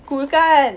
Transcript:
cool kan